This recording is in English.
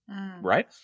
Right